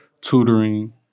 tutoring